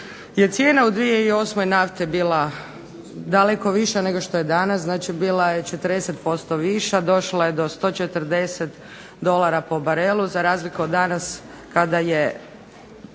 cijena u 2008. nafte bila daleko viša nego što je danas. Znači, bila je 40% viša. Došla je do 140 dolara po barelu za razliku od danas kada je